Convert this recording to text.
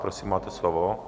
Prosím máte slovo.